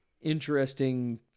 interesting